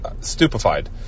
stupefied